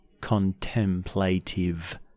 contemplative